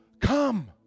Come